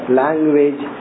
language